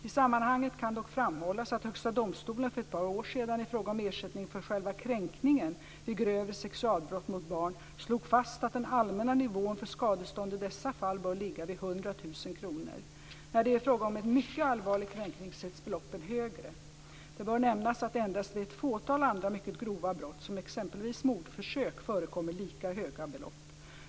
I sammanhanget kan dock framhållas att Högsta domstolen för ett par år sedan i fråga om ersättning för själva kränkningen vid grövre sexualbrott mot barn slog fast att den allmänna nivån för skadestånd i dessa fall bör ligga vid 100 000 kr. När det är fråga om en mycket allvarlig kränkning sätts beloppen högre. Det bör nämnas att det endast vid ett fåtal andra mycket grova brott som exempelvis mordförsök förekommer lika höga belopp.